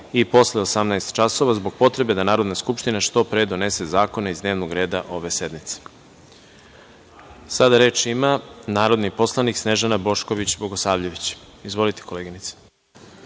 i posle 18,00 časova, zbog potrebe da Narodna skupština što pre donese zakone iz dnevnog reda ove sednice. Sada reč ima narodni poslanik Snežana Bošković Bogosavljević. Izvolite, koleginice.